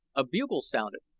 a bugle sounded,